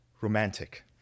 romantic